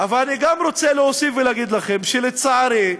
אבל אני גם רוצה להוסיף ולהגיד לכם, שלצערי,